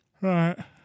Right